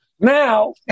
Now